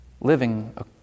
living